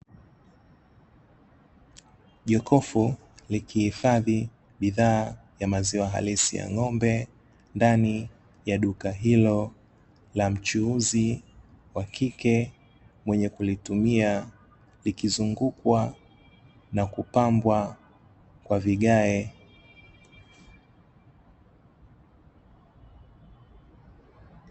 Jokovu likihifadhi baadhi ya maziwa halisi ya ng'ombe ndani ya duka hilo la mchuuzi wa kike mwenye kulitumia, likizungukwa na kupambwa kwa vigae.